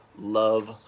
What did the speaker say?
Love